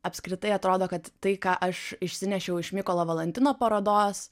apskritai atrodo kad tai ką aš išsinešiau iš mykolo valantino parodos